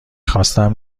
خواستم